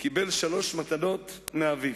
קיבל שלוש מתנות מאביו,